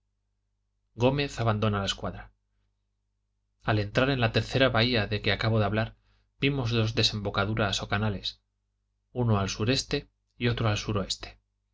gómez abandona la escuadra al entrar en la tercera bahía de que acabo de hablar vimos dos desembocaduras o canales uno al sureste y otro al